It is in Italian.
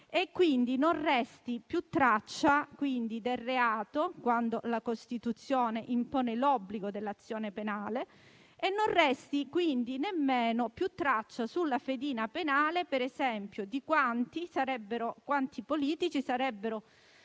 e quindi non resti più traccia del reato (quando la Costituzione impone l'obbligo dell'azione penale), e non resti nemmeno più traccia sulla fedina penale. Pensiamo - ad esempio - a quanti politici sarebbero